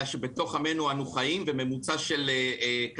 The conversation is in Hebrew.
אלא שבתוך עמנו אנו חיים וממוצע של קדנציה